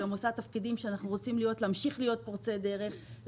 עושה גם תפקידים שאנחנו רוצים להמשיך להיות פורצי דרך,